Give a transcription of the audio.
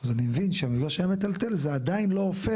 אז אני מבין שהמפגש היה מטלטל אך זה עדיין לא הופך